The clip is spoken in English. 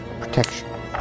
protection